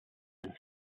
and